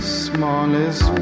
smallest